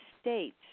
states